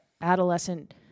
adolescent